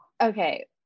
okay